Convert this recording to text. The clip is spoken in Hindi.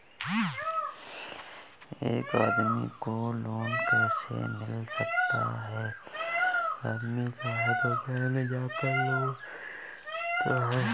एक आदमी को लोन कैसे मिल सकता है?